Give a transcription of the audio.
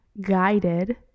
guided